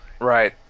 Right